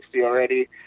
already